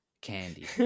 candy